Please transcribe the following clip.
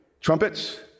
trumpets